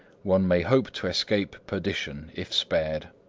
one may hope to escape perdition if spared.